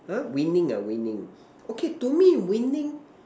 !huh! winning ah winning okay to me winning